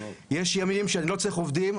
יש ימים שלא צריך עובדים,